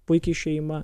puiki šeima